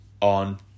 on